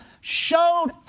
showed